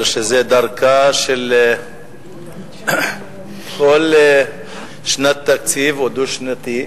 דרכה של כל שנת תקציב או תקציב דו-שנתי,